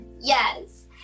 Yes